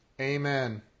amen